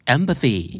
Empathy